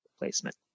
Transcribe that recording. replacement